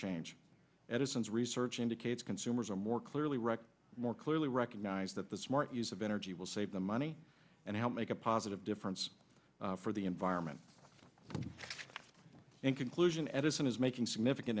change edison's research indicates consumers are more clearly wrecked more clearly wrecked nies that the smart use of energy will save the money and help make a positive difference for the environment and conclusion edison is making significant